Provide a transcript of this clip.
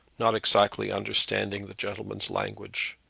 not exactly understanding the gentleman's language.